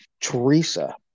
Teresa